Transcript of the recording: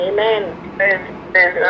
Amen